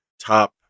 top